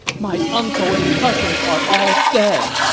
my uncle and cousins are all dead!